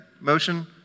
motion